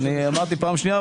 אמרתי בפעם השנייה,